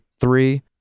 three